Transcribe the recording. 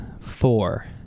Four